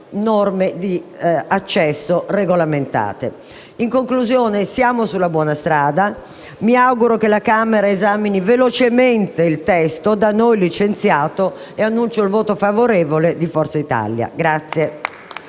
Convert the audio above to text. norme di accesso regolamentate. In conclusione, siamo sulla buona strada. Mi auguro che la Camera esamini velocemente il testo da noi licenziato e annuncio il voto favorevole di Forza Italia.